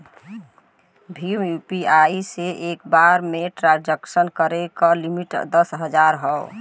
Bhim UPI से एक बार में ट्रांसक्शन करे क लिमिट दस हजार हौ